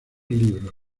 libros